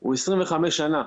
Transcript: הוא 25 שנה.